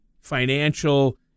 financial